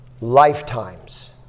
lifetimes